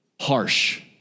harsh